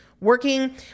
working